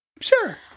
sure